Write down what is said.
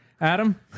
Adam